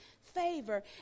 favor